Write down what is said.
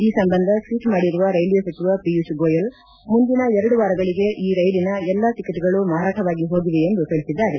ಈ ಸಂಬಂಧ ಟ್ವೀಟ್ ಮಾಡಿರುವ ರೈಲ್ವೆ ಸಚಿವ ಪೀಯೂಷ್ ಗೋಯಲ್ ಮುಂದಿನ ಎರಡು ವಾರಗಳಿಗೆ ಈ ರೈಲಿನ ಎಲ್ಲ ಟಿಕೆಟ್ ಗಳೂ ಮಾರಾಟವಾಗಿ ಹೋಗಿವೆ ಎಂದು ತಿಳಿಸಿದ್ದಾರೆ